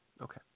Okay